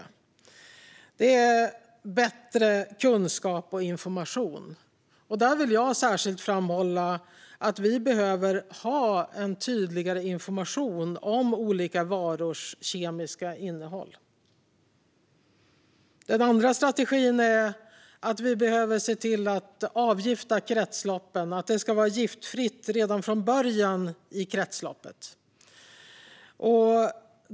Det handlar om bättre kunskap och information. Där vill jag särskilt framhålla att vi behöver ha tydligare information om olika varors kemiska innehåll. Den andra strategin är att vi behöver avgifta kretsloppen så att de är giftfria redan från början.